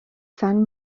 sun